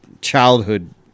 childhood